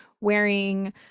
wearing